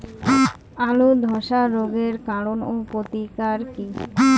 আলুর ধসা রোগের কারণ ও প্রতিকার কি?